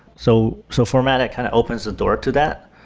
so so fortmatic kind of opens the door to that.